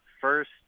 first